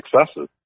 successes